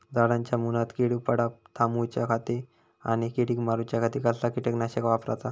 झाडांच्या मूनात कीड पडाप थामाउच्या खाती आणि किडीक मारूच्याखाती कसला किटकनाशक वापराचा?